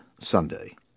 Sunday